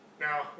Now